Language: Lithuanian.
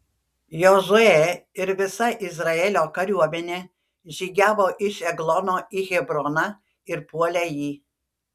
jozuė ir visa izraelio kariuomenė žygiavo iš eglono į hebroną ir puolė jį